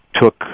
took